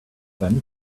them